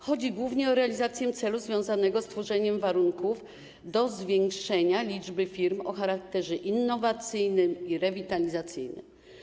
Chodzi głównie o realizację celu związanego z tworzeniem warunków do zwiększenia liczby firm o charakterze innowacyjnym i rewitalizacyjnym.